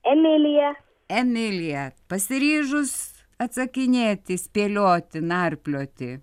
emilija emilija pasiryžus atsakinėti spėlioti narplioti